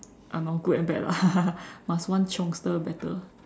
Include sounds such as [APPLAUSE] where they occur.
uh nor good and bad lah [LAUGHS] must one chiongster better